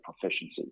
proficiency